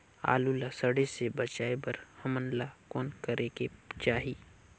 आलू ला सड़े से बचाये बर हमन ला कौन करेके चाही?